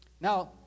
now